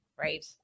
Right